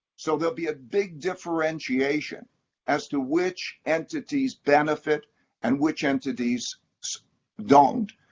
so there will be a big differentiation as to which entities benefit and which entities don't.